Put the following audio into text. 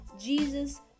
Jesus